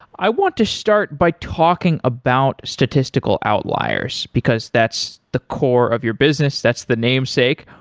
i want to start by talking about statistical outliers, because that's the core of your business, that's the namesake.